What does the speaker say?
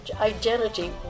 identity